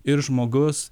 ir žmogus